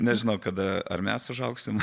nežinau kada ar mes užaugsim